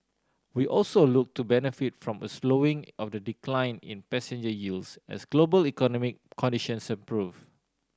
we also look to benefit from a slowing of the decline in passenger yields as global economic conditions improve